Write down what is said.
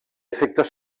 efectes